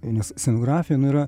nes scenografija nu yra